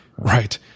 Right